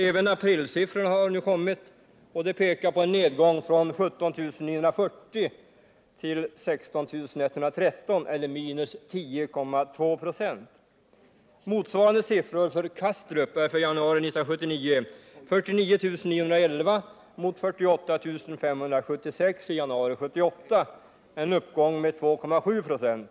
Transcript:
Även aprilsiffrorna har nu kommit, och de pekar på en nedgång från 17940 till 16 113 eller minus 10,2 96. Motsvarande siffror för Kastrup är 49 911 för januari 1979 mot 48 576 i januari 1978, en uppgång med 2,7 96.